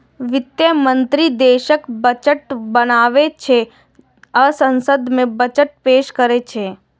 वित्त मंत्री देशक बजट बनाबै छै आ संसद मे बजट पेश करै छै